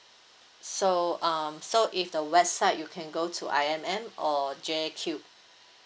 so um so if the website you can go to I_M_M or J cube